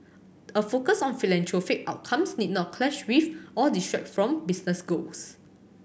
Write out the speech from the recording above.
a focus on philanthropic outcomes need not clash with or distract from business goals